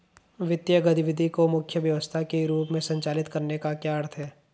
वित्तीय गतिविधि को मुख्य व्यवसाय के रूप में संचालित करने का क्या अर्थ है?